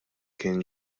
kien